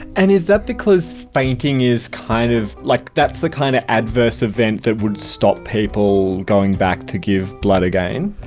and is that because fainting is kind of, like that's the kind of adverse event that would stop people going back to give blood again?